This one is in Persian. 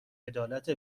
عدالت